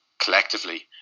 collectively